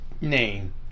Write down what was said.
Name